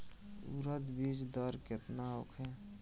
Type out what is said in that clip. उरद बीज दर केतना होखे?